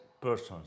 persons